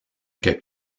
que